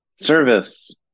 Service